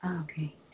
Okay